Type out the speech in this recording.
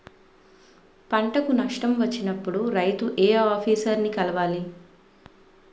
పంటకు నష్టం వచ్చినప్పుడు రైతు ఏ ఆఫీసర్ ని కలవాలి?